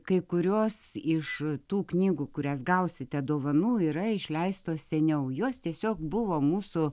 kai kurios iš tų knygų kurias gausite dovanų yra išleistos seniau jos tiesiog buvo mūsų